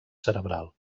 cerebral